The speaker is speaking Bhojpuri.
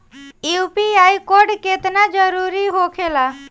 यू.पी.आई कोड केतना जरुरी होखेला?